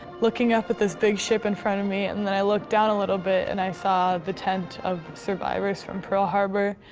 looking up at this big ship in front of me and then i looked down a little bit and i saw the tent of the survivors from pearl harbor.